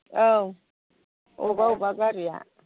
औ बबेबा बबेबा गारिया